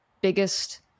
biggest